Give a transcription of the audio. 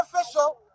official